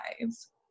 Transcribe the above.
lives